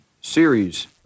series